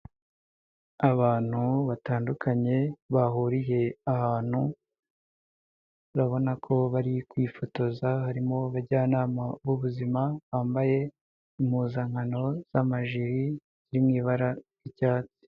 Abantu batandukanye bahuriye ahantu, urabona ko bari kwifotoza, harimo abajyanama b'ubuzima bambaye impuzankano z'amajiri zirimo ibara ry'icyatsi.